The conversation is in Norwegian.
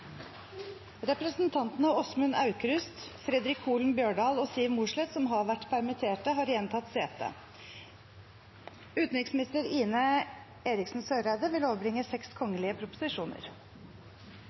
Representantene Åsmund Aukrust , Fredric Holen Bjørdal og Siv Mossleth , som har vært permittert, har igjen tatt sete. Representanten Jan Bøhler vil fremsette et representantforslag. Jeg vil